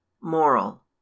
Moral